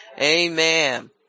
Amen